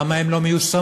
למה הן לא מיושמות?